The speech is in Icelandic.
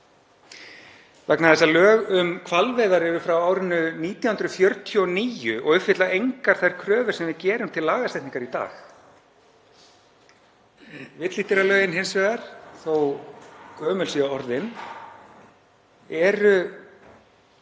vegna þess að lög um hvalveiðar eru frá árinu 1949 og uppfylla engar þær kröfur sem við gerum til lagasetningar í dag. Villidýralögin hins vegar, þótt gömul séu orðin, eru